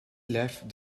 left